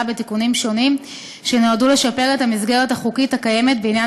בתיקונים שונים שנועדו לשפר את המסגרת החוקית הקיימת בעניין